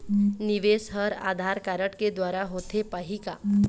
निवेश हर आधार कारड के द्वारा होथे पाही का?